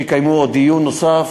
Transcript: שם יקיימו דיון נוסף.